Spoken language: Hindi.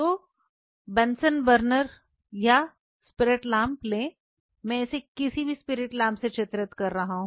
तो बन्सन बर्नर या स्पिरिट लैम्प लें मैं इसे किसी भी स्पिरिट लैम्प से चित्रित कर रहा हूँ